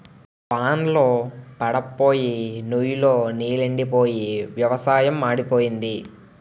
వాన్ళ్లు పడప్పోయి నుయ్ లో నీలెండిపోయి వ్యవసాయం మాడిపోయింది